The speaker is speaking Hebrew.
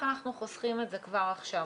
השאלה, איך אנחנו חוסכים את זה כבר עכשיו?